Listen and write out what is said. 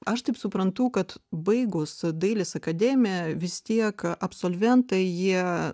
aš taip suprantu kad baigus dailės akademiją vis tiek absolventai jie